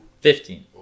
Fifteen